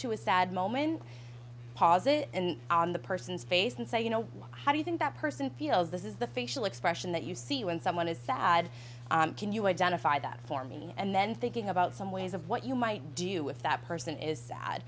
to a sad moment pause it on the person's face and say you know how do you think that person feels this is the facial expression that you see when someone is sad can you identify that for me and then thinking about some ways of what you might do if that person is sad